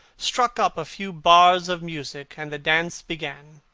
struck up a few bars of music, and the dance began.